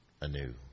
anew